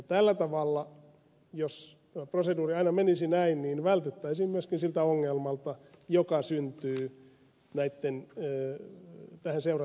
tällä tavalla jos proseduuri aina menisi näin vältyttäisiin myöskin siltä ongelmalta joka syntyy tähän seurantaan liittyvästä perusturvaongelmasta